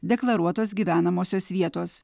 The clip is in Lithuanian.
deklaruotos gyvenamosios vietos